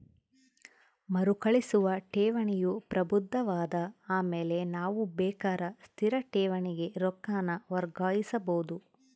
ಮರುಕಳಿಸುವ ಠೇವಣಿಯು ಪ್ರಬುದ್ಧವಾದ ಆಮೇಲೆ ನಾವು ಬೇಕಾರ ಸ್ಥಿರ ಠೇವಣಿಗೆ ರೊಕ್ಕಾನ ವರ್ಗಾಯಿಸಬೋದು